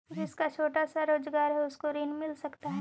जिसका छोटा सा रोजगार है उसको ऋण मिल सकता है?